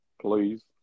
Please